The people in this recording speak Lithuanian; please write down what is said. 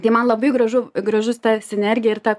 tai man labai gražu gražus ta sinergija ir ta